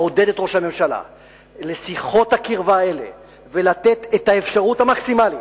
לעודד את ראש הממשלה לקראת שיחות הקרבה האלה ולתת את האפשרות המקסימלית.